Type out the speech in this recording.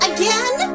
Again